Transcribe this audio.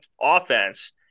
offense